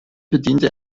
bediente